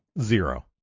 zero